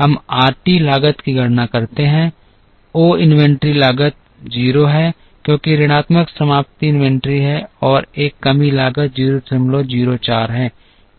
हम r t लागत की गणना कर सकते हैं ओ इन्वेंट्री लागत 0 है क्योंकि ऋणात्मक समाप्ति इन्वेंट्री है और एक कमी लागत 004 है